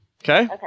Okay